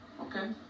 Okay